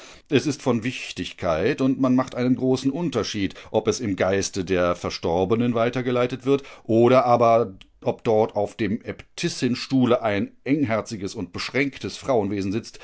es ist von wichtigkeit und macht einen großen unterschied ob es im geiste der verstorbenen weiter geleitet wird oder aber ob dort auf dem äbtissinstuhle ein engherziges und beschränktes frauenwesen sitzt